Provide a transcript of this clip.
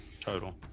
total